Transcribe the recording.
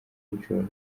yiciwe